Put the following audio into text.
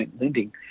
lending